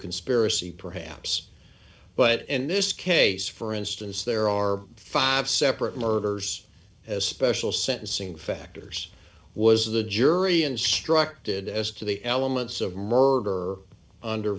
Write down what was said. conspiracy perhaps but in this case for instance there are five separate murders as special sentencing factors was the jury instructed as to the elements of murder under